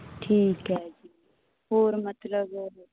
ਠੀਕ ਐ ਜੀ ਹੋਰ ਮਤਲਬ